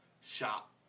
shop